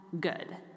good